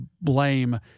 blame